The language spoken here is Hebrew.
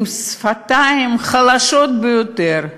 בשפתיים חלשות ביותר,